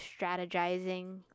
strategizing